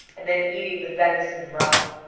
and then eating the venison raw.